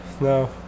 No